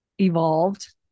evolved